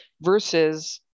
versus